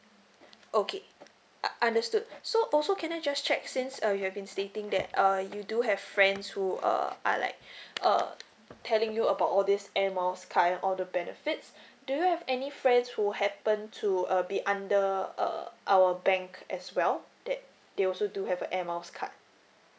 okay u~ understood so also can I just check since uh you have been stating that uh you do have friends who uh are like uh telling you about all this air miles card and all the benefits do you have any friends who happen to uh be under uh our bank as well that they also do have a air miles card